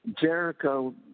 Jericho